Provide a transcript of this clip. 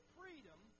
freedom